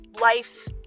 life